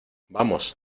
vamos